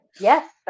Yes